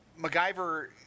MacGyver